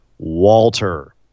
Walter